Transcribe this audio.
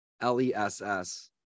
L-E-S-S